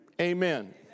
Amen